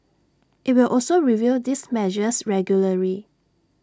IT will also review these measures regularly